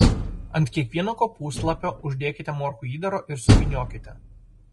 ant kiekvieno kopūstlapio uždėkite morkų įdaro ir suvyniokite